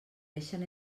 deixen